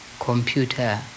computer